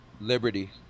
Liberty